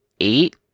eight